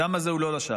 הדם הזה הוא לא לשווא.